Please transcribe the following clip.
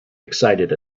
excited